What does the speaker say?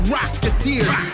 Rocketeer